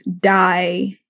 die